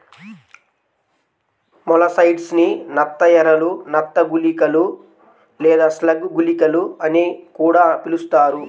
molluscicides ని నత్త ఎరలు, నత్త గుళికలు లేదా స్లగ్ గుళికలు అని కూడా పిలుస్తారు